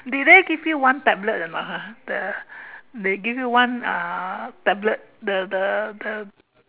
did they give you tablet or not ha the they give you one uh tablet the the the